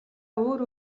өөр